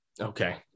okay